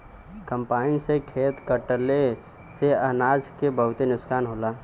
combine से खेत कटले से अनाज के बहुते नुकसान होला